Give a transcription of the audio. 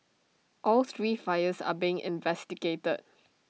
all three fires are being investigated